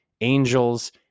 angels